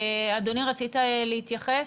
אדוני, רצית להתייחס?